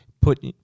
put